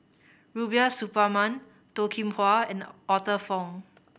Rubiah Suparman Toh Kim Hwa and Arthur Fong